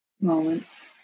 moments